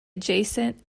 adjacent